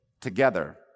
together